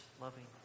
loving